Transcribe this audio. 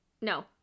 No